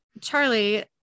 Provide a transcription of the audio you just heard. Charlie